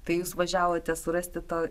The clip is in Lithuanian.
tai jūs važiavote surasti to